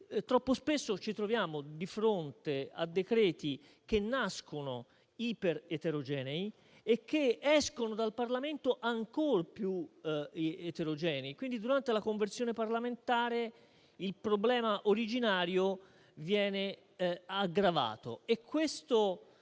Troppo spesso ci troviamo di fronte a provvedimenti che nascono iper eterogenei e che escono dal Parlamento ancor più eterogenei. Quindi, durante la conversione parlamentare il problema originario viene aggravato